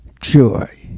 Joy